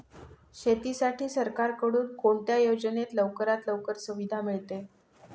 शेतीसाठी सरकारकडून कोणत्या योजनेत लवकरात लवकर सुविधा मिळते?